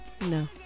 No